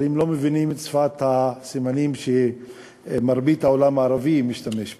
אבל הם לא מבינים את שפת הסימנים שמרבית העולם הערבי משתמש בה.